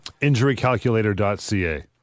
Injurycalculator.ca